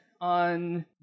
on